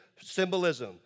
symbolism